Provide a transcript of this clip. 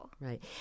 Right